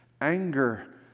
Anger